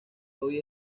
hoy